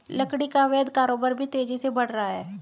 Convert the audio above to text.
लकड़ी का अवैध कारोबार भी तेजी से बढ़ रहा है